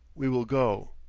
we will go.